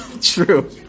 True